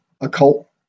occult